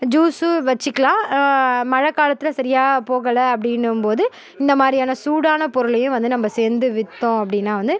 ஜூஸும் வச்சிக்கிலாம் மழைக்காலத்துல சரியாக போகலை அப்படின்னும்போது இந்த மாதிரியான சூடான பொருளையும் வந்து நம்ப சேர்ந்து வித்தோம் அப்படின்னா வந்து